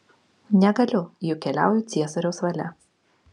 negaliu juk keliauju ciesoriaus valia